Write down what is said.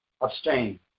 abstain